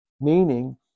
Meaning